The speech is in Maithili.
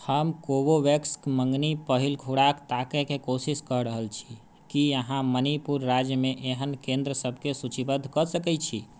हम कोवोवेक्सके मँगनी पहिल खुराक ताकैके कोशिश कऽ रहल छी की अहाँ मणिपुर राज्यमे एहन केन्द्र सबकेँ सूचीबद्ध कऽ सकै छी